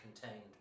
contained